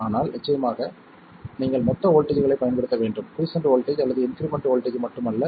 ஆனால் நிச்சயமாக நீங்கள் மொத்த வோல்ட்டேஜ்களைப் பயன்படுத்த வேண்டும் குய்சென்ட் வோல்ட்டேஜ் அல்லது இன்க்ரிமெண்ட் வோல்ட்டேஜ் மட்டும் அல்ல